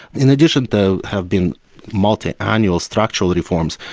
in addition, there have been multiannual structural reforms.